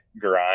grind